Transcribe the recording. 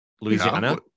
Louisiana